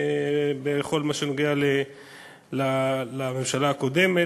בכל מה שנוגע לממשלה הקודמת.